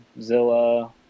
Zilla